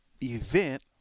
event